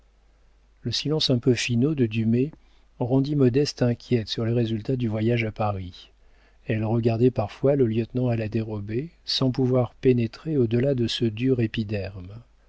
le silence un peu finaud de dumay rendit modeste inquiète sur les résultats du voyage à paris elle regardait parfois le lieutenant à la dérobée sans pouvoir pénétrer au delà de ce dur